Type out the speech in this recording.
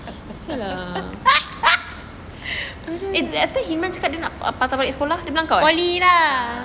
apa pasal I think he mean cakap dia nak apa patah balik sekolah di belakang ya